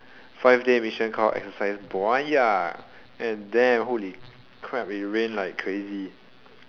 five day mission call exercise buaya and then holy crap it rained like crazy